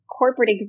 Corporate